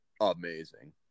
amazing